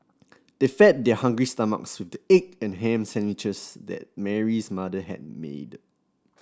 they fed their hungry stomachs with the egg and ham sandwiches that Mary's mother had made